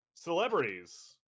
celebrities